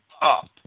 up